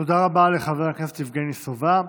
תודה רבה לחבר הכנסת יבגני סובה.